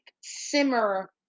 simmer